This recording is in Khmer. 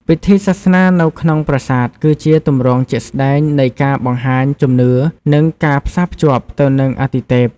ពិធីសាសនានៅក្នុងប្រាសាទ គឺជាទម្រង់ជាក់ស្ដែងនៃការបង្ហាញជំនឿ និងការផ្សារភ្ជាប់ទៅនឹងអាទិទេព។